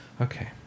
Okay